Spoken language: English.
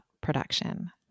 production